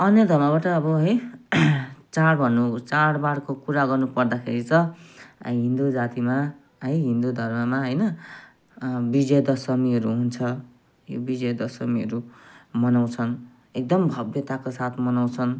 अन्य धर्मबाट अब है चाड भन्नु चाडबाडको कुरा गर्नुपर्दाखेरि त हिन्दू जातिमा है हिन्दू धर्ममा होइन विजया दशमीहरू हुन्छ यो विजया दशमीहरू मनाउँछन् एकदम भव्यताको साथ मनाउँछन्